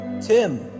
Tim